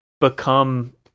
become